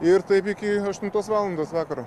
ir taip iki aštuntos valandos vakaro